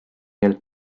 near